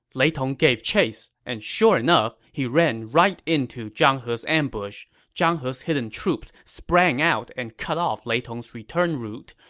lei tong gave chase, and sure enough, he ran right into zhang he's ambush. zhang he's hidden troops sprang out and cut off lei tong's return route,